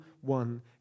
one